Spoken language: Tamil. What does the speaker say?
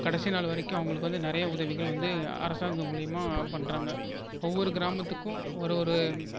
கடைசி நாள் வரைக்கும் அவங்களுக்கு வந்து நிறையா உதவிகள் வந்து அரசாங்கம் மூலிமா பண்றாங்க ஒவ்வொரு கிராமத்துக்கும் ஒரு ஒரு